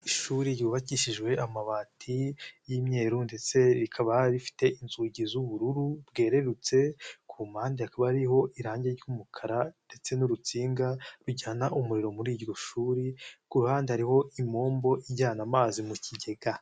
Ishuri ryubakishijwe amabati, y'imyeru ndetse rikaba rifite inzugi z'ubururu, bwererutse, ku mpande hakaba hariho irangi ry'umukara ndetse n'urutsinga rujyana umuriro muri iryo shuri, ku ruhande hariho impombo ijyana amazi mu kigega.